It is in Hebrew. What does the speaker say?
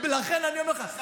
לכן אני אומר לך,